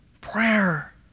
Prayer